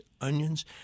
onions